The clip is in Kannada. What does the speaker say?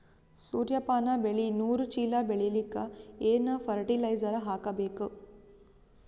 ಸೂರ್ಯಪಾನ ಬೆಳಿ ನೂರು ಚೀಳ ಬೆಳೆಲಿಕ ಏನ ಫರಟಿಲೈಜರ ಹಾಕಬೇಕು?